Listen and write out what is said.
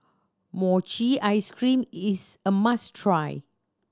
mochi ice cream is a must try